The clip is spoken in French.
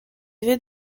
vivait